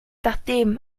nachdem